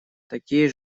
такие